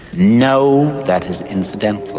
no, that is incidental.